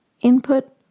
input